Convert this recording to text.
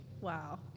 Wow